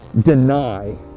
deny